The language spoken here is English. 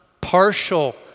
partial